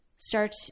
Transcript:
Start